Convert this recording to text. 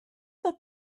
but